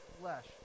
flesh